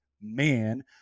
man